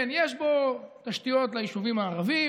כן, יש בו תשתיות ליישובים הערביים,